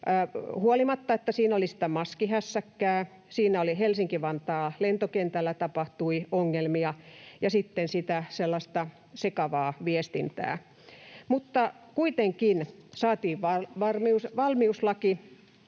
huolimatta siitä, että siinä oli sitä maskihässäkkää, Helsinki-Vantaan lentokentällä tapahtui ongelmia ja sitten oli sekavaa viestintää. Kuitenkin saatiin valmiuslaki,